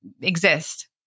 exist